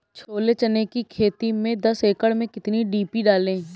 छोले चने की खेती में दस एकड़ में कितनी डी.पी डालें?